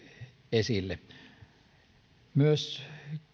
esille myös